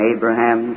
Abraham